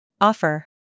Offer